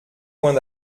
points